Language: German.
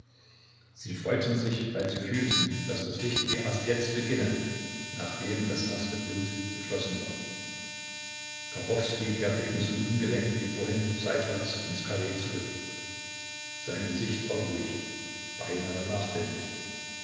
sie freuten sich weil sie fühlten daß das richtige erst jetzt beginne nachdem das erste blut geflossen war kachowskij kehrte ebenso ungelenk wie vorhin seitwärts ins karree zurück sein gesicht war ruhig beinahe nachdenklich